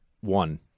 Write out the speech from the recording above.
one